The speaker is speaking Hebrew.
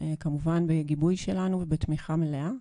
כמובן בגיבוי שלנו, בתמיכה מלאה.